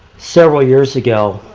several years ago,